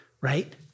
Right